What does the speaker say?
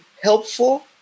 helpful